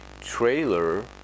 trailer